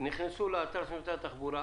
נכנסו לאתר של משרד התחבורה,